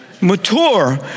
Mature